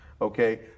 okay